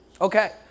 Okay